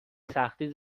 سختی